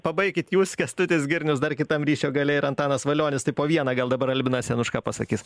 pabaikit jūs kęstutis girnius dar kitam ryšio gale ir antanas valionis tai po vieną gal dabar albinas januška pasakys